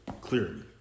Clearly